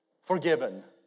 forgiven